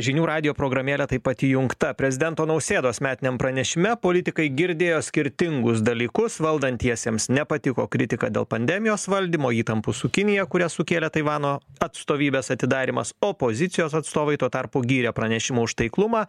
žinių radijo programėle taip pat įjungta prezidento nausėdos metiniam pranešime politikai girdėjo skirtingus dalykus valdantiesiems nepatiko kritika dėl pandemijos valdymo įtampų su kinija kurias sukėlė taivano atstovybės atidarymas opozicijos atstovai tuo tarpu gyrė pranešimą už taiklumą